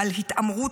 גם